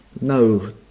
no